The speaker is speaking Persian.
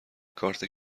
کارت